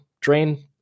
drain